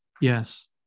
Yes